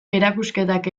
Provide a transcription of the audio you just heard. erakusketak